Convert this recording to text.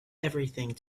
everything